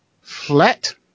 flat